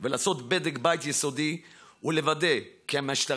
לעשות בדק בית יסודי ולוודא כי המשטרה